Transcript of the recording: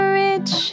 rich